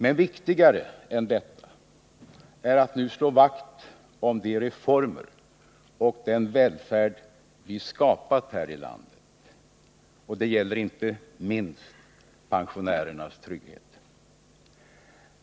Men viktigare än detta är att nu slå vakt om de reformer och den välfärd vi skapat här i landet. Det gäller inte minst pensionärernas trygghet.